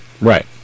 Right